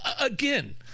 again